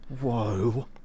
Whoa